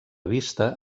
vista